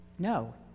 No